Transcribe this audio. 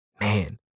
Man